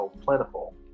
plentiful